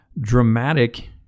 dramatic